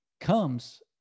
comes